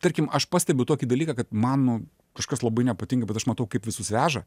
tarkim aš pastebiu tokį dalyką kad man nu kažkas labai nepatinka bet aš matau kaip visus veža